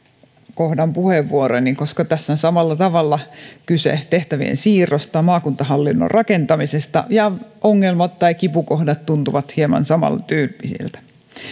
kohdan puheenvuoroni koska tässä on samalla tavalla kyse tehtävien siirrosta maakuntahallinnon rakentamisesta ja koska ongelmat tai kipukohdat tuntuvat hieman samantyyppisiltä